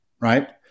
right